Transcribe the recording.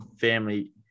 family